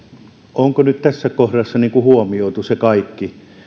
onko nyt tässä kohdassa huomioitu se kaikki